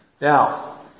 Now